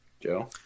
Joe